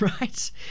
right